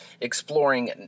exploring